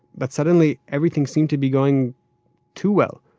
but suddenly everything seemed to be going too well.